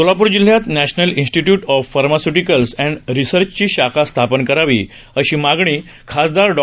सोलापूर जिल्ह्यात national institute of pharmaceutical and रिसर्चची शाखा स्थापना करावी अशी मागणी खासदार डॉ